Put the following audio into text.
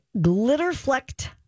glitter-flecked